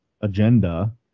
agenda